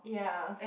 yeap